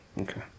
okay